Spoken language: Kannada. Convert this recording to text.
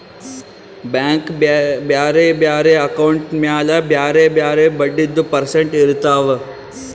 ಬ್ಯಾಂಕ್ ಬ್ಯಾರೆ ಬ್ಯಾರೆ ಅಕೌಂಟ್ ಮ್ಯಾಲ ಬ್ಯಾರೆ ಬ್ಯಾರೆ ಬಡ್ಡಿದು ಪರ್ಸೆಂಟ್ ಇರ್ತಾವ್